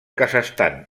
kazakhstan